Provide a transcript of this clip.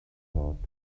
thought